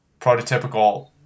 prototypical